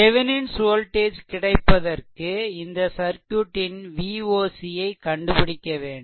Thevenin's voltage Thevenin's கிடைப்பதற்கு இந்த சர்க்யூட்டின் Voc ஐ கண்டுபிடிக்க வேண்டும்